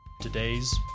today's